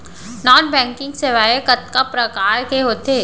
non banking सेवाएं कतका प्रकार के होथे